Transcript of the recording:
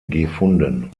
gefunden